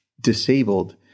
disabled